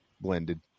blended